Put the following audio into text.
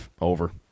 over